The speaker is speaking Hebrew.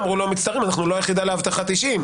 אמרו לו, מצטערים, אנחנו לא היחידה לאבטחת אישים.